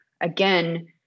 again